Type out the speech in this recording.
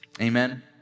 amen